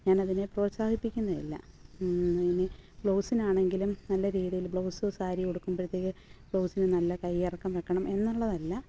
ഞാൻ അതിനെ പ്രോത്സാഹിപ്പിക്കുന്നും ഇല്ല ഇനി ബ്ലൗസിനാണെങ്കിലും നല്ല രീതിയിൽ ബ്ലൗസും സാരിയും ഉടുക്കുമ്പോഴത്തേക്ക് ബ്ലൗസിന് നല്ല കയ്യിറക്കം വെക്കണം എന്നുള്ളതല്ല